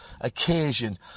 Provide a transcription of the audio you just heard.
occasion